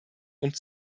und